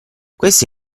questa